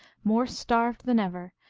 more starved than ever,